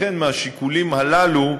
לכן, מהשיקולים הללו,